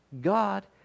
God